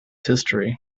history